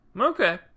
okay